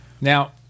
Now